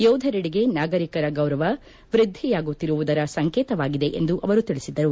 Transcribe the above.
ಯೋಧರೆಡೆಗೆ ನಾಗರಿಕರ ಗೌರವ ವ್ವದ್ದಿಯಾಗುತ್ತಿರುವುದರ ಸಂಕೇತವಾಗಿದೆ ಎಂದು ಅವರು ತಿಳಿಸಿದರು